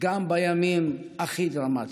גם בימים הכי דרמטיים.